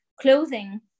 clothing